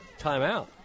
timeout